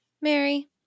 Mary